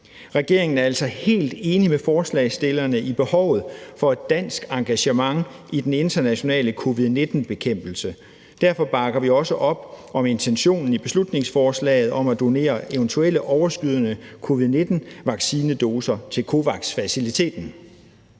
Regeringen er altså helt enig med forslagsstillerne i behovet for et dansk engagement i den internationale covid-19-bekæmpelse. Derfor bakker vi også op om intentionen i beslutningsforslaget om at donere eventuelle overskydende covid-19-vaccinedoser til COVAX-faciliteten.